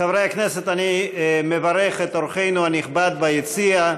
חברי הכנסת, אני מברך את אורחנו הנכבד ביציע,